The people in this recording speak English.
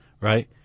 Right